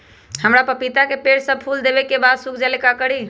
हमरा पतिता के पेड़ सब फुल देबे के बाद सुख जाले का करी?